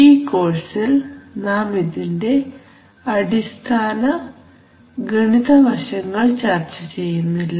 ഈ കോഴ്സിൽ നാം ഇതിന്റെ ഗണിത വശങ്ങൾ ചർച്ച ചെയ്യുന്നില്ല